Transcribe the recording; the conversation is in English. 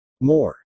More